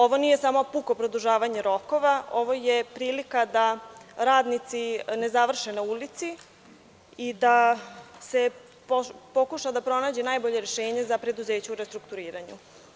Ovo nije samo puko produžavanje rokova, ovo je prilika da radnici ne završe na ulici i da se pokuša da pronađe najbolje rešenje za preduzeća u restrukturiranju.